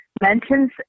mentions